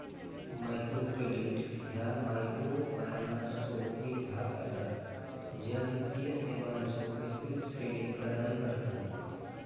micro credit ह्या मायक्रोफायनान्सचो एक भाग असा, ज्या वित्तीय सेवांचो विस्तृत श्रेणी प्रदान करता